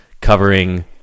covering